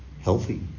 healthy